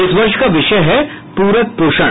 इस वर्ष का विषय है प्रक पोषण